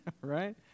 Right